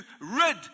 rid